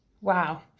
Wow